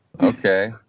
Okay